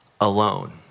alone